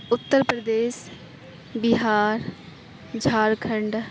Uttar Pradesh Bihar Jharkhand